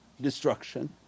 destruction